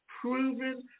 proven